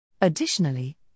Additionally